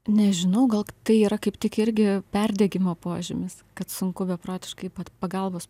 nežinau gal tai yra kaip tik irgi perdegimo požymis kad sunku beprotiškai pagalbos